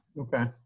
Okay